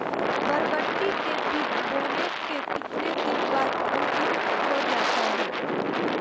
बरबटी के बीज बोने के कितने दिन बाद अंकुरित हो जाता है?